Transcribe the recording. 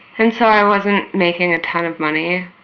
and so i wasn't making a tonne of money.